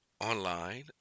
online